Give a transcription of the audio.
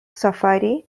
safari